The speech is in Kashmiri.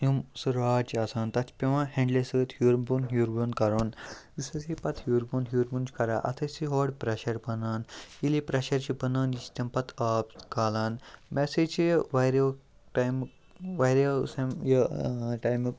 یِم سُہ راڈ چھِ آسان تَتھ چھِ پیٚوان ہٮ۪نٛڈلہِ سۭتۍ ہیٚور بوٚن ہیٚور بوٚن کَرُن یُس اَس یہِ پَتہٕ ہیٚور بوٚن ہیٚور بوٚن چھُ کَران اَتھ ٲسۍ چھِ ہوڑٕ پریشَر بَنان ییٚلہِ یہِ پریشَر چھِ بَنان یہِ چھِ تمہِ پَتہٕ آب کالان مےٚ ہَسا چھِ یہِ وارہو ٹایمُک واریاہو یہِ ٹایمُک